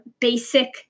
basic